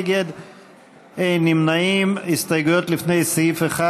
ג'מעה אזברגה,